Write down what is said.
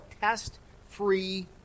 test-free